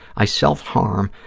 i self-harm,